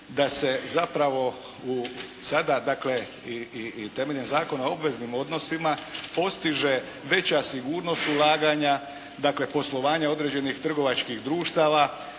da se zapravo u sada i temeljem Zakona o obveznim odnosima postiže veža sigurnost ulaganja poslovanja određenih trgovačkih društava